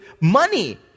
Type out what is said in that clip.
money